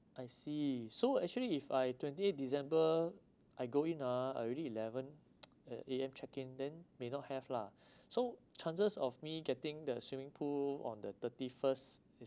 I see so actually if I twenty eight december I go in ah already eleven A_M check in then may not have lah so chances of me getting the swimming pool on the thirty first is